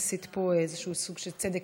עשית פה איזשהו סוג של צדק היסטורי.